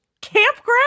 campground